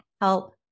help